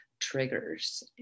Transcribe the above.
triggers